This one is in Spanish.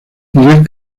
miguel